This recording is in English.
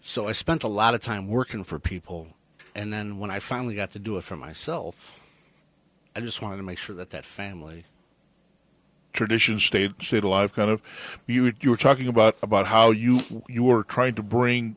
so i spent a lot of time working for people and then when i finally got to do it for myself i just wanted to make sure that that family tradition stayed alive kind of you were talking about about how you you were trying to bring